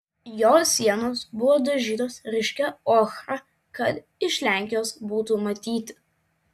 jo sienos buvo dažytos ryškia ochra kad iš lenkijos būtų matyti